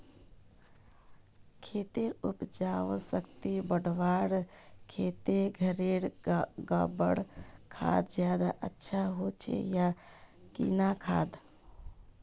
खेतेर उपजाऊ शक्ति बढ़वार केते घोरेर गबर खाद ज्यादा अच्छा होचे या किना खाद?